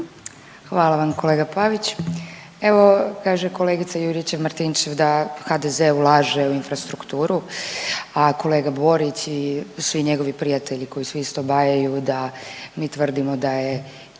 Hvala vam kolega Pavić. Evo, kaže kolegica Juričev-Martinčev da HDZ ulaže u infrastrukturu, a kolega Borić i svi njegovi prijatelji koju si isto .../Govornik se ne